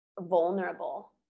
vulnerable